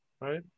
right